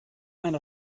eine